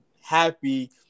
happy